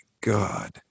God